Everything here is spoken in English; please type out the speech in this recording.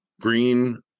Green